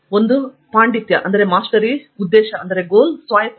ಒಬ್ಬರು ಮಾಸ್ಟರಿ ಉದ್ದೇಶ ಮತ್ತು ಸ್ವಾಯತ್ತತೆ